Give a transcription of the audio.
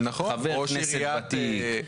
חבר כנסת ותיק.